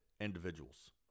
individuals